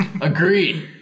Agreed